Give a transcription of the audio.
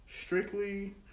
strictly